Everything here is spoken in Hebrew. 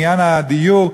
בעניין הדיור,